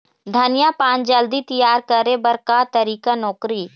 धनिया पान जल्दी तियार करे बर का तरीका नोकरी?